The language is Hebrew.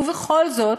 בכל זאת,